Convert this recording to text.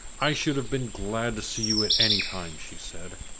i should have been glad to see you at any time, she said.